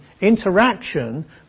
interaction